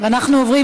אנחנו עוברים